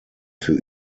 für